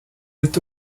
est